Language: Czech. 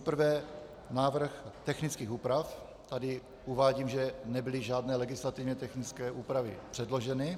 Nejprve návrh technických úpra , tady uvádím, že nebyly žádné legislativně technické úpravy předloženy.